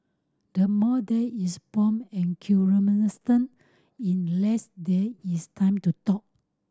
the more there is pomp and in less there is time to talk